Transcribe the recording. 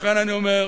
לכן אני אומר,